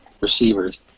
receivers